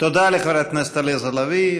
תודה לחברת הכנסת עליזה לביא.